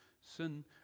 sin